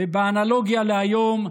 ובאנלוגיה להיום,